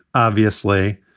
obviously,